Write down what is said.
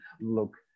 look